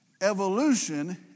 evolution